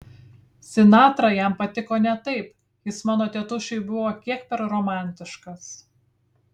sinatra jam patiko ne taip jis mano tėtušiui buvo kiek per romantiškas